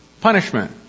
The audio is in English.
punishment